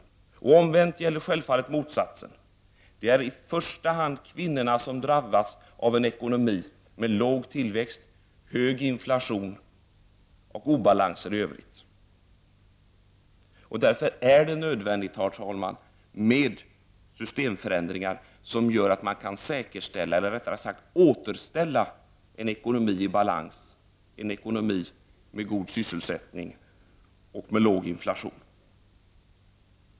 Omvänt gäller självfallet motsatsen. Det är i första hand kvinnorna som drabbas av en ekonomi med låg tillväxt, hög inflation och obalanser i övrigt. Det är därför nödvändigt, herr talman, med systemförändringar, som gör att man kan återställa en ekonomi i balans, en ekonomi med god sysselsättning och låg inflation.